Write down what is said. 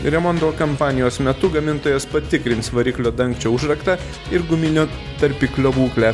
remondal kampanijos metu gamintojas patikrins variklio dangčio užraktą ir guminio tarpiklio būklę